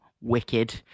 Wicked